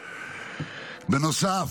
בנוסף,